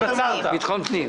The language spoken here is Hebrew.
ביטחון פנים.